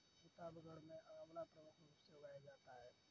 प्रतापगढ़ में आंवला प्रमुख रूप से उगाया जाता है